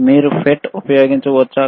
మీరు FFT ఉపయోగించవచ్చా